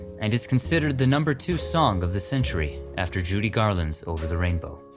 and is considered the number two song of the century, after judy garland's over the rainbow.